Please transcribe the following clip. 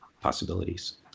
possibilities